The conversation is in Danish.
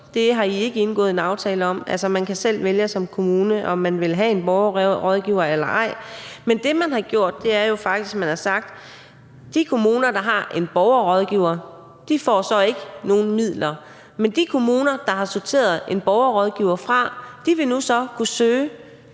det har I ikke indgået en aftale om, altså, man kan selv vælge som kommune, om man vil have en borgerrådgiver eller ej. Men det, man har gjort, er jo faktisk, at man har sagt: De kommuner, der har en borgerrådgiver, får så ikke nogen midler. Men de kommuner, der har sorteret en borgerrådgiver fra, kan nu søge